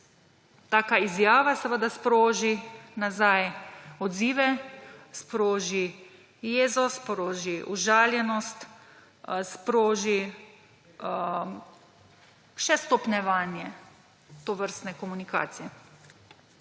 taka izjava sproži nazaj odzive, sproži jezo, sproži užaljenost, sproži še stopnjevanje tovrstne komunikacije.